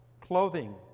clothing